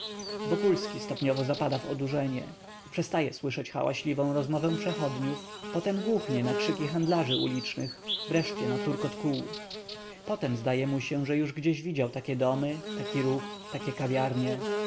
wokulski stopniowo zapada w odurzenie przestaje słyszeć hałaśliwą rozmowę przechodniów potem głuchnie na krzyki handlarzy ulicznych wreszcie na turkot kół potem zdaje mu się że już gdzieś widział takie domy taki ruch takie kawiarnie